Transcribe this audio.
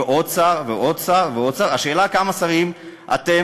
ועוד שר, ועוד שר, ועוד שר, השאלה כמה שרים אתם,